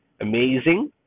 amazing